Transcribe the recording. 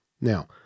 Now